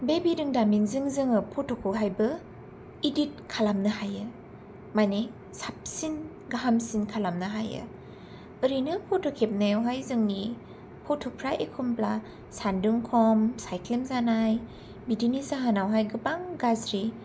बे बिरोंदामिनजों जोङो फट'खौहायबो इडिट खालामनो हायो माने साबसिन गाहामसिन खालामनो हायो ओरैनो फट' खेबनायावहाय जोंनि फट'फोरा एखमब्ला सान्दुं खम साइख्लेम जानाय बिदिनि जाहोनावहाय गोबां गाज्रि